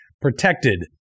protected